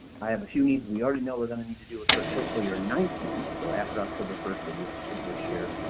i have a few needs and you already know we're going to need to do it for fiscal year nineteen, so after october first of this and this year,